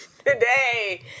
Today